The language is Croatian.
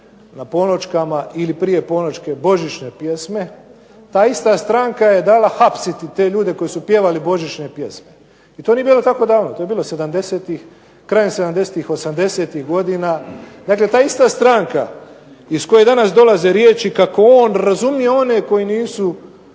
na polnoćkama ili prije polnoćke božićne pjesme, ta ista stranka je dala hapsiti ljude koji su pjevali božićne pjesme. I to nije bilo tako davno to je bilo krajem '70., '80.-ih godina. Dakle ta ista stranka iz koje danas dolaze riječi kao on razumije one koji nisu